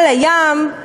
על הים,